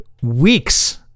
Weeks